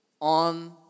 on